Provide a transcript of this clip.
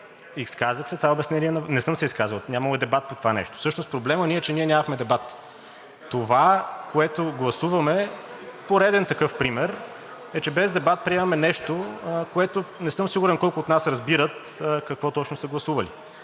примери. Но, колеги… (Реплики.) Не съм се изказал, нямало е дебат по това нещо – всъщност проблемът ни е, че ние нямахме дебат. Това, което гласуваме – пореден такъв пример е, че без дебат приемаме нещо, което не съм сигурен колко от нас разбират какво точно са гласували.